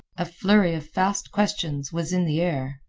a flurry of fast questions was in the air.